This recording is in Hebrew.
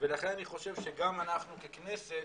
ולכן אני חושב שגם אנחנו ככנסת